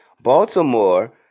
Baltimore